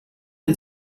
der